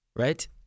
Right